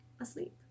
asleep